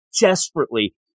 desperately